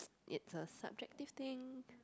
it's a subjective thing